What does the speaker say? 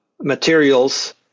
materials